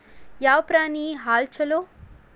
ಯಾವ ಪ್ರಾಣಿ ಹಾಲು ಛಲೋ?